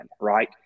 right